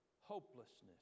hopelessness